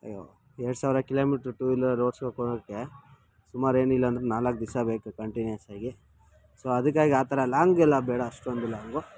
ಅಯ್ಯೋ ಎರಡ್ಸಾವಿರ kilometre two wheeler roads ಹೋಗ್ಕೋಳ್ಳೋಕ್ಕೆ ಸುಮಾರು ಏನಿಲ್ಲ ಅಂದರು ನಾಲ್ಕು ದಿವಸ ಬೇಕು ಕಂಟಿನ್ಯೂಸಾಗಿ ಸೊ ಅದಕ್ಕಾಗಿ ಆ ಥರ ಲಾಂಗ್ ಎಲ್ಲ ಬೇಡ ಅಷ್ಟೊಂದು ಲಾಂಗು